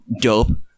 Dope